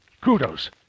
kudos